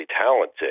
talented